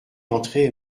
entrez